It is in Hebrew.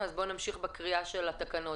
כשאת מבקשת לקבוע בתקנה איזושהי הוראה שהיא